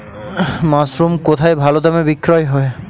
Mushroom কেথায় ভালোদামে বিক্রয় হয়?